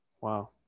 Wow